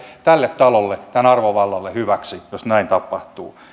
tälle talolle tämän arvovallalle hyväksi jos näin tapahtuu